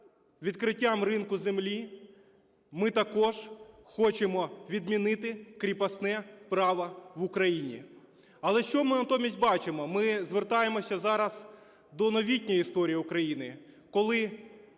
відкриттям ринку землі ми також хочемо відмінити "кріпосне право" в Україні. Але що ми натомість бачимо? Ми звертаємось зараз до новітньої історії України, коли